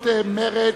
מרצ,